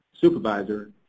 supervisor